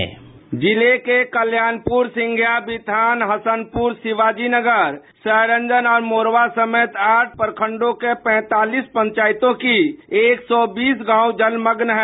sound bite जिले के कल्याणपुर सिंधिया बिथान हसनपुर शिवाजीनगर सरायरंजन और मोरबा समेत आठ प्रखंडों के पैंतालीस पंचायतों की एक सौ बीस गांव जलमग्न हैं